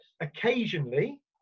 occasionally